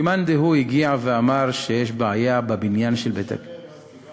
כי מאן דהוא הגיע ואמר שיש בעיה בבניין של בית-הכנסת.